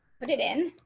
put it in,